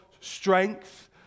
strength